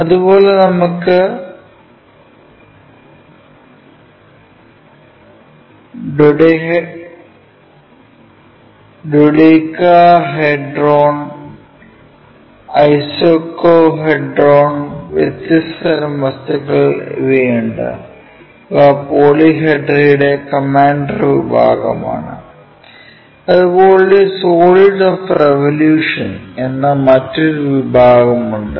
അതുപോലെ നമുക്ക് ഡോഡെകാഹെഡ്രോൺ ഐക്കോസഹെഡ്രോണുകൾ വ്യത്യസ്ത തരം വസ്തുക്കൾ എന്നിവയുണ്ട് ഇവ പോളിഹെഡ്രയുടെ കമാൻഡർ വിഭാഗമാണ് അതുപോലെ സോളിഡ്സ് ഓഫ് റിവൊല്യൂഷൻ എന്ന മറ്റൊരു വിഭാഗം ഉണ്ട്